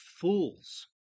fools